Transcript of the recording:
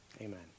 Amen